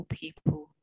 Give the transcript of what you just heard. people